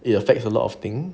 it affects a lot of thing